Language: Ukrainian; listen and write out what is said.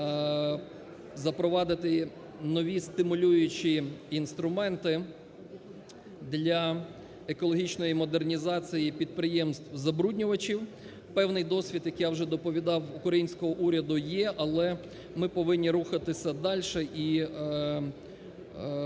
запровадити нові стимулюючі інструменти для екологічної модернізації і підприємств забруднювачів, певний досвід, як я вже доповідав, українського уряду є, але ми повинні рухатися дальше і